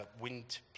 wind